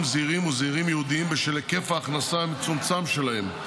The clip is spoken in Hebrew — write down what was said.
זעירים או זעירים ייעודיים בשל היקף ההכנסה המצומצם שלהם,